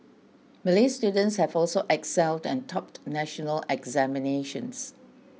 Malay students have also excelled and topped national examinations